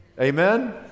Amen